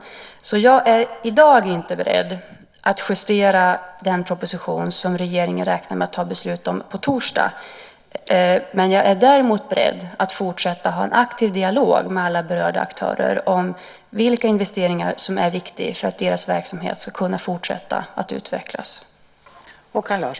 Jag är därför i dag inte beredd att justera den proposition som regeringen räknar med att ta beslut om på torsdag. Jag är däremot beredd att fortsätta en aktiv dialog med alla berörda aktörer om vilka investeringar som är viktiga för att deras verksamhet ska kunna fortsätta att utvecklas.